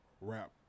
rap